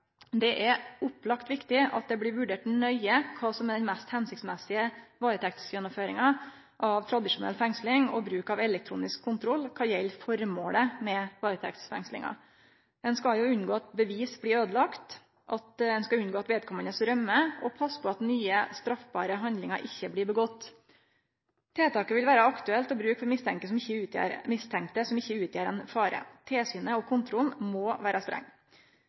Det er opplagt viktig at det blir vurdert nøye kva som er den mest hensiktsmessige varetektsgjennomføringa av tradisjonell fengsling og bruk av elektronisk kontroll kva gjeld formålet med varetektsfengslinga. Ein skal unngå at bevis blir øydelagt, ein skal unngå at vedkommande rømmer, og ein skal passe på at nye straffbare handlingar ikkje blir gjort. Tiltaket vil vere aktuelt å bruke på mistenkte som ikkje utgjer ein fare. Tilsynet og kontrollen må vere streng.